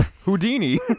houdini